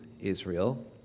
Israel